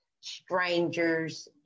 strangers